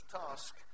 task